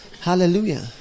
Hallelujah